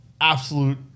absolute